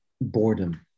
boredom